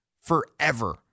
Forever